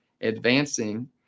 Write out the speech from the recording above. advancing